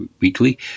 weekly